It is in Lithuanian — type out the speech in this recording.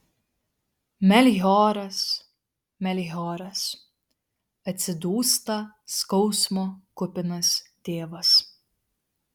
melchioras melchioras atsidūsta skausmo kupinas tėvas